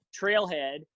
trailhead